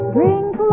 Drink